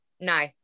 No